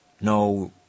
no